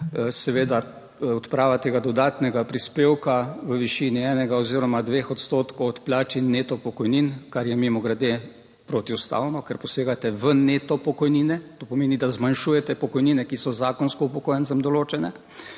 seveda odprava tega dodatnega prispevka v višini enega oziroma 2 odstotkov od plač in neto pokojnin, kar je mimogrede protiustavno, ker posegate v neto pokojnine, to pomeni, da zmanjšujete pokojnine, ki so zakonsko upokojencem določene.